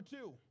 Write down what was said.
two